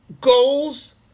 goals